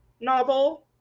novel